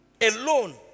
alone